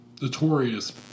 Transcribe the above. notorious